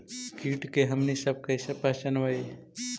किट के हमनी सब कईसे पहचनबई?